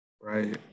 right